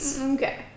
okay